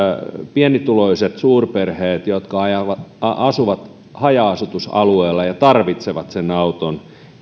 pienituloiset suurperheet jotka asuvat haja asutusalueella ja tarvitsevat sen auton